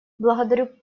благодарю